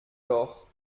doch